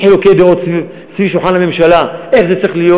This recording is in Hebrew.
יש חילוקי דעות סביב שולחן הממשלה איך זה צריך להיות.